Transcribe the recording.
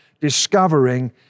discovering